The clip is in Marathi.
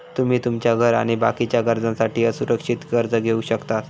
तुमी तुमच्या घर आणि बाकीच्या गरजांसाठी असुरक्षित कर्ज घेवक शकतास